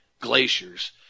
glaciers